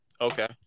Okay